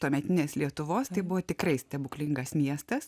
tuometinės lietuvos tai buvo tikrai stebuklingas miestas